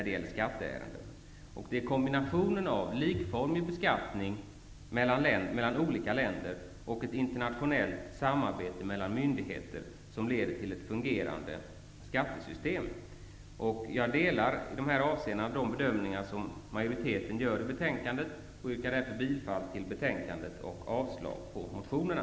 Det är kombinationen av likformig beskattning mellan olika länder och ett internationellt samarbete mellan myndigheter som leder till ett fungerande skattesystem. Fru talman! I dessa avseenden gör jag samma bedömningar som majoriteten i betänkandet och yrkar därför bifall till utskottets hemställan och avslag på motionerna.